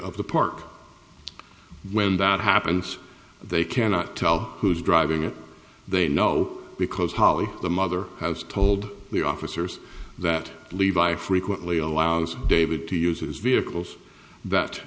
of the park when that happens they cannot tell who is driving it they know because holly the mother has told the officers that levi frequently allows david to use his vehicles that